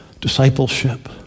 Discipleship